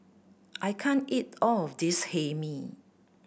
I can't eat all of this Hae Mee